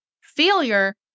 Failure